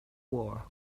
war